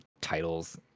titles